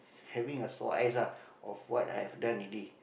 having a sore eyes ah of what I have done already